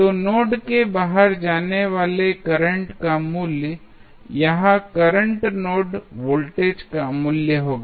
तो नोड के बाहर जाने वाले करंट का मूल्य यह करंट नोड वोल्टेज का मूल्य होगा